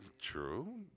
True